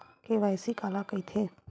KYC काला कइथे?